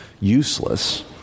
useless